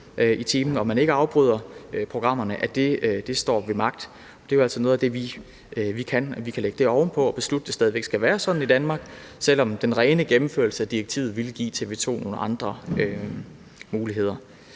i timen, og at man ikke afbryder programmerne, står ved magt. Det er jo altså noget af det, vi kan, altså lægge det ovenpå og beslutte, at det stadig væk skal være sådan i Danmark, selv om den rene gennemførelse af direktivet ville give TV 2 nogle andre muligheder.